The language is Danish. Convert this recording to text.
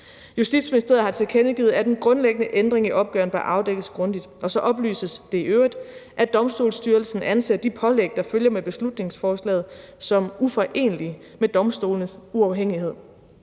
Justitsministeriet har tilkendegivet, at en grundlæggende ændring i opgaven bør afdækkes grundigt, og så oplyses det i øvrigt, at Domstolsstyrelsen anser de pålæg, der følger med beslutningsforslaget, som uforenelige med domstolenes uafhængighed.